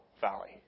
Valley